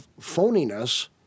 phoniness